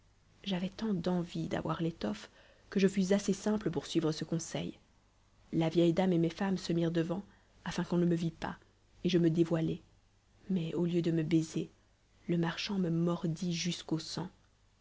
j'avais tant d'envie d'avoir l'étoffe que je fus assez simple pour suivre ce conseil la vieille dame et mes femmes se mirent devant afin qu'on ne me vît pas et je me dévoilai mais au lieu de me baiser le marchand me mordit jusqu'au sang